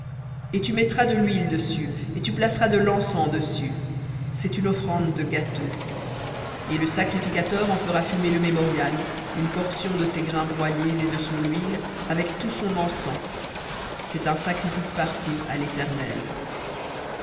et tu mettras de l'huile dessus et tu placeras de l'encens dessus c'est une offrande de gâteau et le sacrificateur en fera fumer le mémorial une portion de ses grains broyés et de son huile avec tout son encens un sacrifice par feu à l'éternel